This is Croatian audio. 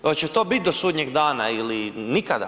Oće to biti do sudnjeg dana ili nikada.